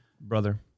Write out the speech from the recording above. brother